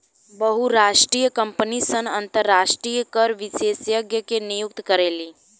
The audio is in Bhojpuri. बहुराष्ट्रीय कंपनी सन अंतरराष्ट्रीय कर विशेषज्ञ के नियुक्त करेली